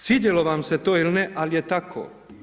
Svidjelo vam se to ili ne, ali je tako.